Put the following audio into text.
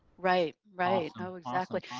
right, right. you know exactly.